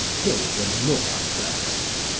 kill the moor first.